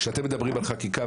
כשאתם מדברים על חקיקה,